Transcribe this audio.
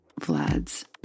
Vlad's